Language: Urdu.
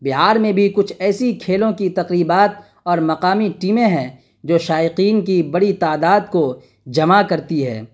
بہار میں بھی کچھ ایسی کھیلوں کی تقریبات اور مقامی ٹیمیں ہیں جو شائقین کی بڑی تعداد کو جمع کرتی ہے